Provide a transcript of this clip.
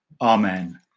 Amen